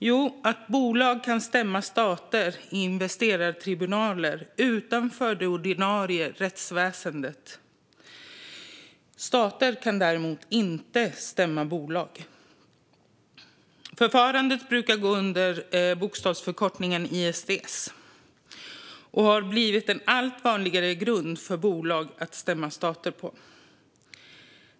Jo, att bolag kan stämma stater i investerartribunaler utanför det ordinarie rättsväsendet. Stater kan däremot inte stämma bolag. Förfarandet brukar gå under bokstavsförkortningen ISDS och har blivit en allt vanligare grund för bolag att stämma stater på.